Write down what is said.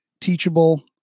Teachable